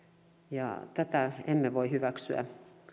tätä emme voi hyväksyä